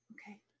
okay